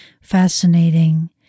fascinating